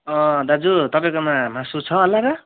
अँ दाजु तपाईँकोमा मासु छ होला र